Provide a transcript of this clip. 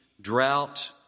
drought